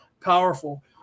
powerful